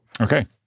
Okay